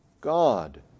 God